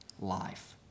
life